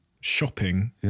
shopping